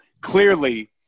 clearly